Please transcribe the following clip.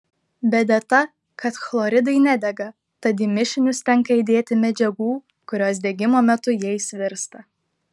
bėda ta kad chloridai nedega tad į mišinius tenka įdėti medžiagų kurios degimo metu jais virsta